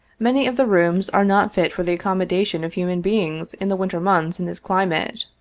many of the rooms are not fit for the accommodation of human beings in the winter months in this climate.